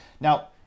now